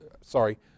sorry